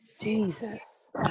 Jesus